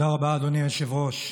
תודה רבה, אדוני היושב-ראש.